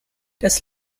das